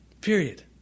Period